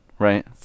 Right